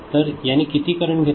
तर याने किती करंट घेतला